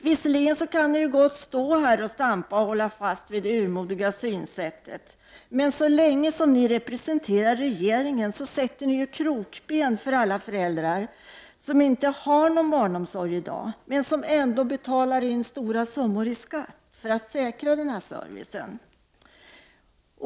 Visserligen kan ni socialdemokrater gott stå här och stampa och hålla fast vid ert urmodiga synsätt, men så länge som ni representerar regeringen sätter ni krokben för alla föräldrar som inte har någon barnomsorg i dag men som ändå har betalat in stora summor i skatt för att säkra denna service.